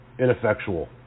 ineffectual